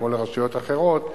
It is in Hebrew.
כמו לרשויות אחרות,